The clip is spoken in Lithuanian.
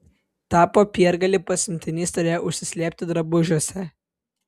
tą popiergalį pasiuntinys turėjo užsislėpti drabužiuose